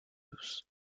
douce